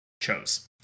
chose